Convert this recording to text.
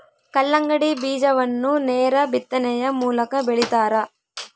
ಕಲ್ಲಂಗಡಿ ಬೀಜವನ್ನು ನೇರ ಬಿತ್ತನೆಯ ಮೂಲಕ ಬೆಳಿತಾರ